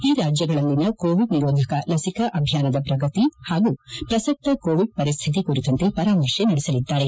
ಈ ರಾಜ್ಯಗಳಲ್ಲಿನ ಕೋವಿಡ್ ನಿರೋಧಕ ಲಸಿಕಾ ಅಭಿಯಾನದ ಪ್ರಗತಿ ಪಾಗೂ ಪ್ರಸತ್ತ ಕೋವಿಡ್ ಪರಿಸ್ತಿತಿ ಕುರಿತಂತೆ ಪರಾಮರ್ತೆ ನಡೆಸಲಿದ್ದಾರೆ